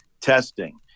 testing